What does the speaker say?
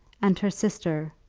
and her sister?